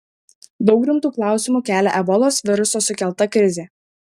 daug rimtų klausimų kelia ebolos viruso sukelta krizė